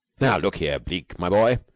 now, look here, bleke, my boy,